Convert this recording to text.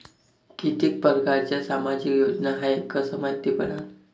कितीक परकारच्या सामाजिक योजना हाय कस मायती पडन?